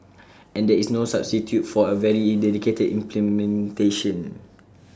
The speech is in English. and there is no substitute for very dedicated implementation